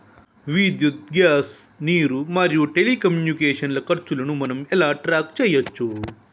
విద్యుత్ గ్యాస్ నీరు మరియు టెలికమ్యూనికేషన్ల ఖర్చులను మనం ఎలా ట్రాక్ చేయచ్చు?